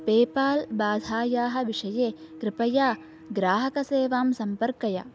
PayPal बाधायाः विषये कृपया ग्राहकसेवां सम्पर्कय